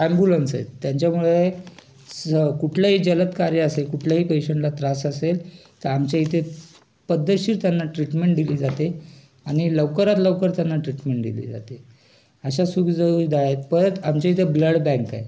ambulance आहेत त्यांच्यामुळे स कुठलंही जलद कार्य असेल कुठलंही पेशंटला त्रास असेल तर आमच्या इथे पद्धतशीर त्यांना ट्रीटमेंट दिली जाते आणि लवकरात लवकर त्यांना ट्रीटमेंट दिली जाते अशा सुखसुविधा आहेत परत आमच्या इथे ब्लड बँक आहे